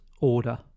order